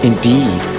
Indeed